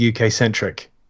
UK-centric